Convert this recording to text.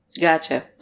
Gotcha